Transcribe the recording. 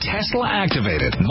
Tesla-activated